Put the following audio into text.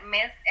Miss